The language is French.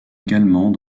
également